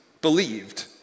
believed